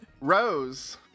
Rose